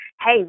hey